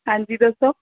ਹਾਂਜੀ ਦੱਸੋ